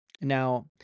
Now